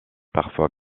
parfois